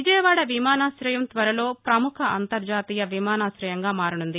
విజయవాడ విమానాశయం త్వరలో ప్రముఖ అంతర్హతీయ విమానాశయంగా మారనుంది